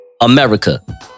America